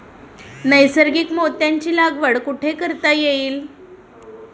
नैसर्गिक मोत्यांची लागवड कुठे करता येईल?